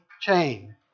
chain